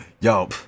yo